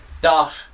Dot